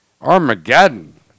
Armageddon